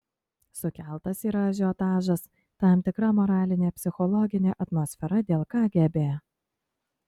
sukeltas yra ažiotažas tam tikra moralinė psichologinė atmosfera dėl kgb